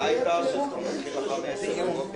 ברור.